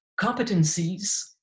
competencies